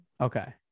Okay